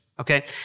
Okay